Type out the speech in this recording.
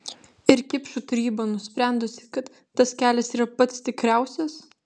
ir kipšų taryba nusprendusi kad tas kelias yra pats tikriausias